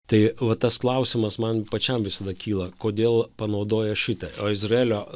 tai vat tas klausimas man pačiam visada kyla kodėl panaudoja šitą o izraelio